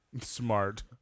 smart